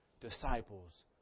disciples